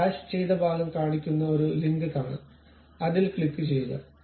hash ചെയ്ത ഭാഗം കാണിക്കുന്ന ഒരു ലിങ്ക് കാണാം അതിൽ ക്ലിക്കുചെയ്യുക